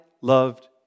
loved